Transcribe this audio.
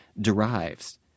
derives